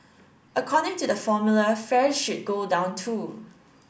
according to the formula fares should go down too